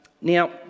Now